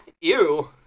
Ew